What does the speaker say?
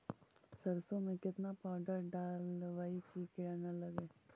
सरसों में केतना पाउडर डालबइ कि किड़ा न लगे?